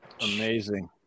amazing